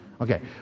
Okay